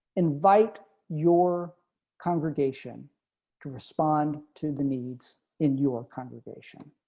invite your congregation to respond to the needs in your congregation